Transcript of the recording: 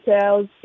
Sales